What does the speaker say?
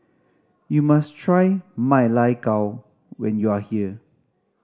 you must try Ma Lai Gao when you are here